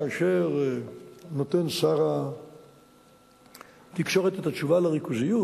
כאשר נותן שר התקשורת את התשובה לריכוזיות,